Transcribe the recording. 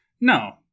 No